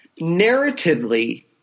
Narratively